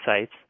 sites